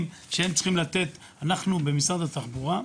שהם צריכים לתת אנחנו במשרד התחבורה,